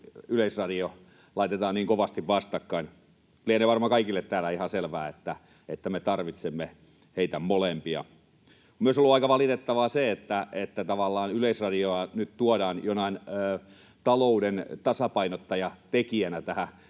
Yleisradio laitetaan niin kovasti vastakkain. Lienee varmaan kaikille täällä ihan selvää, että me tarvitsemme niitä molempia. On ollut aika valitettavaa myös se, että tavallaan Yleisradiota nyt tuodaan jonain talouden tasapainottajatekijänä tähän